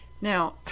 Now